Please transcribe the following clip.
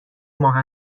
ماه